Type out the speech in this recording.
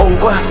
Over